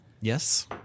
Yes